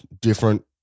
different